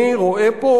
אני רואה פה,